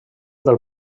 del